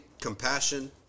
compassion